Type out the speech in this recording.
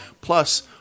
plus